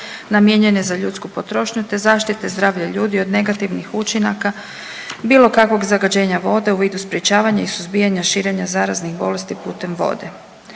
namijenjene za ljudsku potrošnju te zaštite i zdravlja ljudi od negativnih učinaka bilo kakvog zagađenja vode u vidu sprječavanja i suzbijanja širenja zaraznih bolesti putem vode.